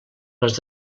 les